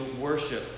worship